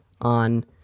on